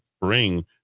bring